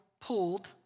pulled